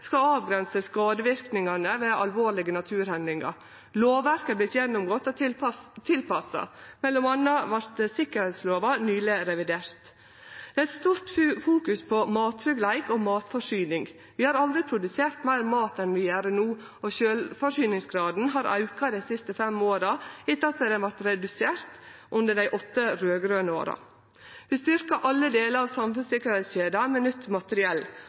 skal avgrense skadeverknadene ved alvorlege naturhendingar. Lovverket har vorte gjennomgått og tilpassa, m.a. vart sikkerheitslova nyleg revidert. Det er stort fokus på mattryggleik og matforsyning. Vi har aldri produsert meir mat enn vi gjer no, og sjølvforsyningsgraden har auka dei siste fem åra etter at han vart redusert under dei åtte raud-grøne åra. Vi styrkjer alle delar av samfunnssikkerheitskjeda med nytt materiell.